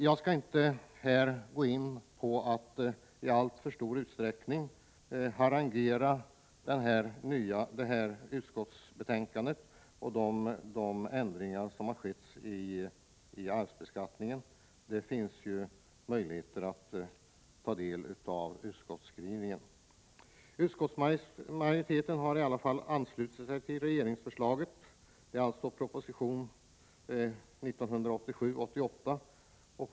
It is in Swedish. Jag skall här inte särskilt mycket kommentera utskottsbetänkandet om de föreslagna ändringarna i arvsbeskattningen. Utskottsmajoriteten har anslutit sig till regeringsförslaget i proposition 1987/88:61.